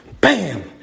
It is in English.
bam